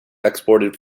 exported